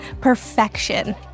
perfection